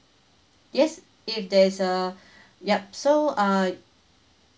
yes if there's uh yup so uh